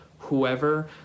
whoever